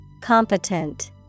Competent